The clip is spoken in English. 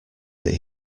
that